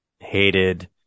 hated